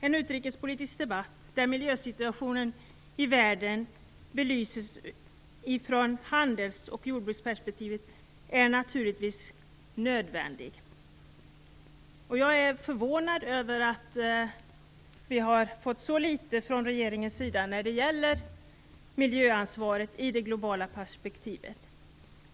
En utrikespolitisk debatt där miljösituationen i världen belyses utifrån handels och jordbruksperspektivet är naturligtvis nödvändig. Jag är förvånad över att regeringen har tillgodosett så litet när det gäller miljöansvaret i det globala perspektivet.